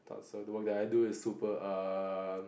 so the work that I do is super erm